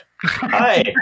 Hi